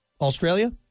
Australia